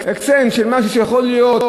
אקסנט של משהו שיכול להיות,